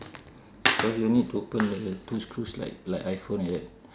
but you need to open the two screws like like iphone like that